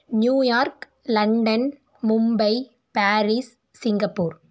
New York London Mumbai Paris Singapore